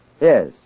Yes